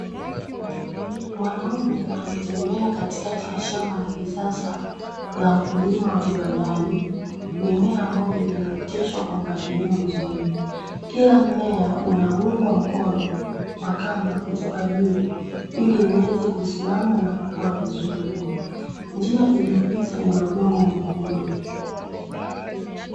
Mwanaume anatembea katikati ya shamba la kisasa la wakulima wa viwandani. Mimea ya mboga imeoteshwa kwa mpangilio mzuri. Kila mmea unaungwa mkono kwa kamba kutoka juu, ili uweze kusimama na kukua vizuri. Njia iliyopita ina udongo mwekundu.